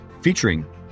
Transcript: featuring